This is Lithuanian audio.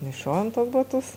nešiojam tuos batus